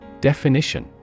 Definition